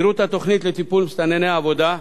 פירוט התוכנית לטיפול במסתנני עבודה: